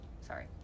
Sorry